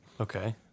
Okay